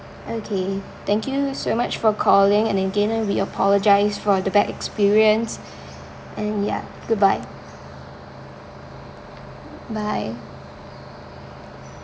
okay thank you so much for calling and again and we apologise for the bad experience and yeah goodbye bye